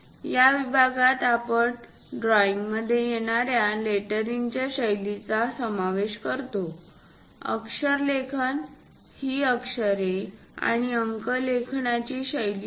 या विभागात आपण ड्रॉईंगध्ये येणाऱ्या लेटरिंगच्या शैलींचा समावेश करतो अक्षरलेखन ही अक्षरे आणि अंक लिहिण्याची शैली आहे